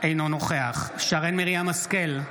אינו נוכח שרן מרים השכל,